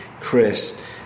Chris